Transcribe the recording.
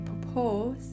propose